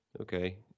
okay